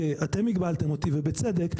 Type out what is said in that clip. אתם הגבלתם אותי ובצדק,